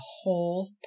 whole